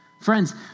Friends